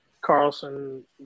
Carlson